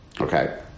Okay